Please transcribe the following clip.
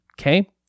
Okay